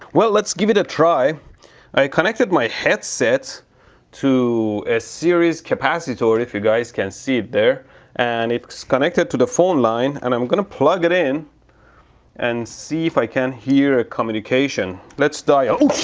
well, let's give it a try. i connected my headset to a series capacitor if you guys can see it there and it's connected to the phone line and i'm gonna plug it in and see if i can hear a communication. let's dial.